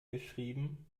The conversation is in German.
geschrieben